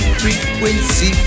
frequency